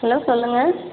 hello சொல்லுங்கள்